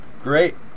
Great